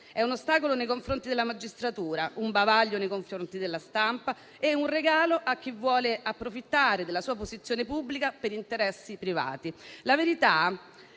è un ostacolo nei confronti della magistratura, un bavaglio nei confronti della stampa, un regalo a chi vuole approfittare della sua posizione pubblica per interessi privati. La verità